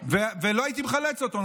לא הייתי מחלץ אותו,